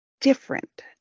different